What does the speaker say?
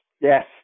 yes